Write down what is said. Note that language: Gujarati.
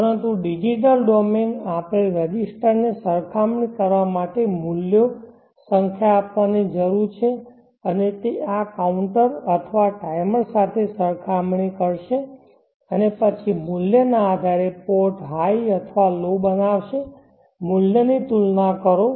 પરંતુ ડિજિટલ ડોમેન આપણે રજિસ્ટરને સરખામણી કરવા માટે મૂલ્યો સંખ્યા આપવાની જરૂર છે અને તે આ કાઉન્ટર અથવા ટાઈમર સાથે સરખામણી કરશે અને પછી મૂલ્યના આધારે પોર્ટ હાઈ અથવા લો બનાવશે મૂલ્યની તુલના કરશે